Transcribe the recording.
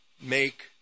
make